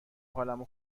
حالمو